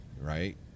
right